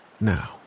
now